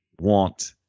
want